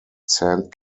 saint